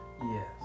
Yes